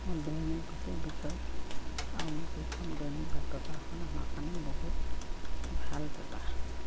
মই দৈনিক বাতিৰ বিষয়ে আৰুনো কি ক'ম দৈনিক বা পেপাৰখন আমাৰ কাৰণে বহুত ভাল পেপাৰ